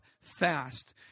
fast